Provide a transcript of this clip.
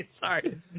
Sorry